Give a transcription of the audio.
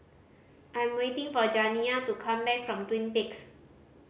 I'm waiting for Janiah to come back from Twin Peaks